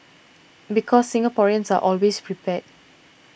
because Singaporeans are always prepared